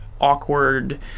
awkward